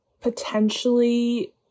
potentially